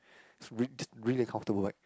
it's really just really uncomfortable vibe